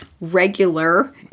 regular